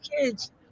kids